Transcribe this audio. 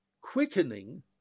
quickening